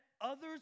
others